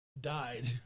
died